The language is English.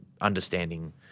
understanding